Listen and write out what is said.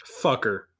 Fucker